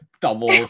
double